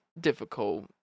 difficult